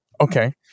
Okay